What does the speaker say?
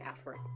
effort